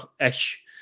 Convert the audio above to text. ish